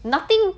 nothing